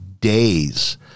days –